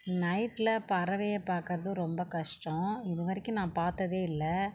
நைட்டில் பறவையை பார்க்கறது ரொம்ப கஷ்டம் இதுவரைக்கும் நான் பார்த்ததே இல்லை